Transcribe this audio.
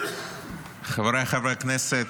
חבריי חברי הכנסת,